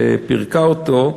שפירקה אותו,